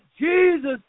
Jesus